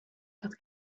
dat